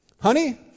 Honey